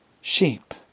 sheep